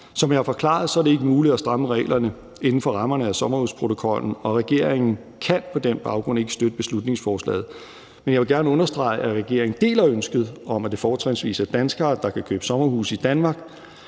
Som jeg har forklaret, er det ikke muligt at stramme reglerne inden for rammerne af sommerhusprotokollen, og regeringen kan på den baggrund ikke støtte beslutningsforslaget. Men jeg vil gerne understrege, at regeringen deler ønsket om, at det fortrinsvis er danskere, der kan købe sommerhuse i Danmark.